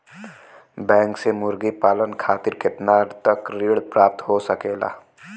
Bank से मुर्गी पालन खातिर कितना तक ऋण प्राप्त हो सकेला?